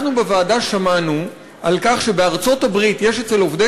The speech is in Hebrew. אנחנו בוועדה שמענו על כך שבארצות-הברית יש אצל עובדי